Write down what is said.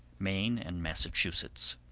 maine and massachusetts.